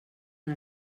una